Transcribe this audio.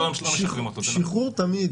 שחרור תמיד